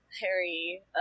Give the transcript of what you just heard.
Harry